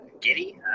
giddy